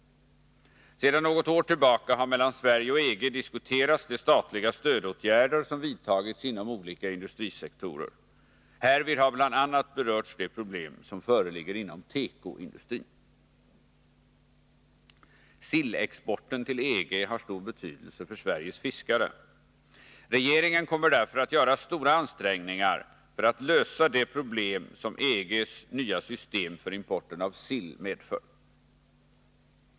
Sedan något år tillbaka har mellan Sverige och EG diskuterats de statliga stödåtgärder som vidtagits inom olika industrisektorer. Härvid har bl.a. berörts de problem som föreligger inom tekoindustrin. Sillexporten till EG har stor betydelse för Sveriges fiskare. Regeringen kommer därför att göra stora ansträngningar för att lösa de problem som EG:s nya system för importen av sill medför.